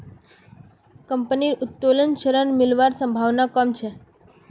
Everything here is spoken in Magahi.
कंपनीर उत्तोलन ऋण मिलवार संभावना कम छ